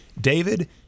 David